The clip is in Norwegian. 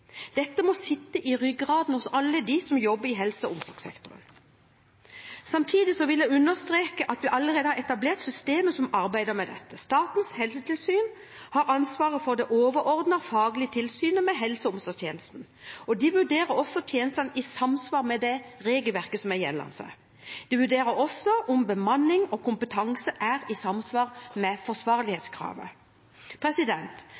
Dette må sitte i ryggraden hos alle dem som jobber i helse- og omsorgssektoren. Samtidig vil jeg understreke at vi allerede har etablert systemer som arbeider med dette. Statens helsetilsyn har ansvar for det overordnede faglige tilsynet med helse- og omsorgstjenesten. De vurderer om tjenestene er i samsvar med det regelverket som er gjeldende. De vurderer også om bemanning og kompetanse er i samsvar med